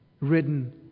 written